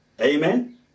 Amen